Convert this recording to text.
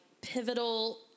pivotal